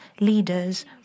leaders